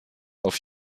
auf